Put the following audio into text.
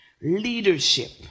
Leadership